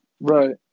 Right